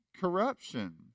corruption